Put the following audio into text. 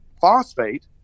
phosphate